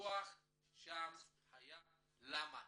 הוויכוח שם היה למה,